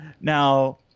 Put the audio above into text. Now